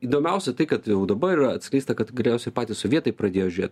įdomiausia tai kad jau dabar yra atskleista kad galiausiai patys sovietai pradėjo žiūrėt